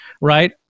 right